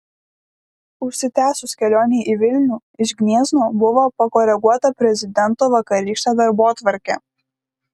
užsitęsus kelionei į vilnių iš gniezno buvo pakoreguota prezidento vakarykštė darbotvarkė